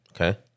Okay